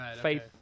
faith